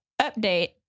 update